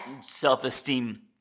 self-esteem